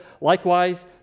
Likewise